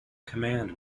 command